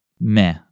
meh